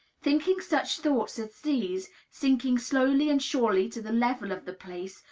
thinking such thoughts as these, sinking slowly and surely to the level of the place,